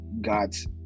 God's